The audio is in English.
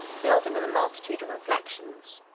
filled him with a multitude of reflections.